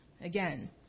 Again